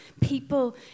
people